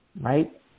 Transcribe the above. right